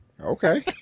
okay